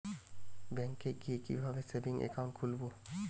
ব্যাঙ্কে গিয়ে কিভাবে সেভিংস একাউন্ট খুলব?